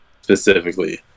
specifically